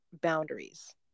boundaries